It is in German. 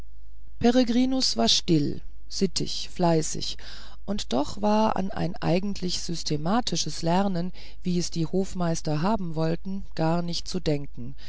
peregrinus war still sittig fleißig und doch war an ein eigentliches systematisches lernen wie es die hofmeister haben wollten gar nicht zu denken